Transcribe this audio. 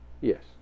Yes